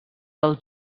del